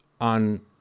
on